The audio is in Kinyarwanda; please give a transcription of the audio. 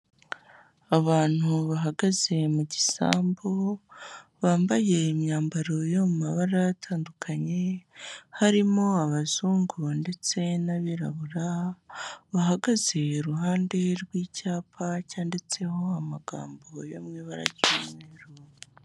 Abantu bahagaze mu gisambu bambaye imyambaro yo mu mabara atandukanye, harimo abazungura ndetse n'abirabura bahagaze iruhande rw'icyapa cyanditseho amagambo yo mu ibara ry'umweru.